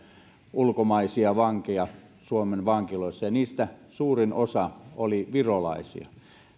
ulkomaisia vankeja suomen vankiloissa ja heistä suurin osa oli virolaisia